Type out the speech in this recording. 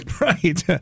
Right